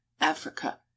Africa